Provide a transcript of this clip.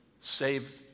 save